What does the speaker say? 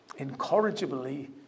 incorrigibly